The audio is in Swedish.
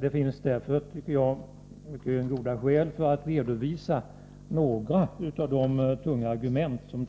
Det finns därför, tycker jag, mycket goda skäl att redovisa några av de tunga argument som